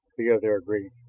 the other agreed.